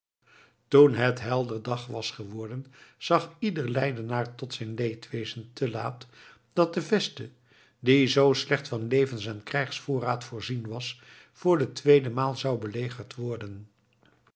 toen het helder dag was geworden zag ieder leidenaar tot zijn leedwezen te laat dat de veste die zoo slecht van levens en krijgsvoorraad voorzien was voor de tweede maal zou belegerd worden